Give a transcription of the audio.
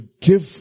give